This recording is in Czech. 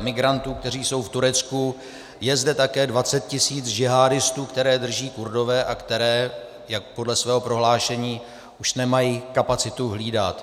migrantů, kteří jsou v Turecku, je zde také 20 tisíc džihádistů, které drží Kurdové a které podle svého prohlášení už nemají kapacitu hlídat.